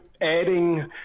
adding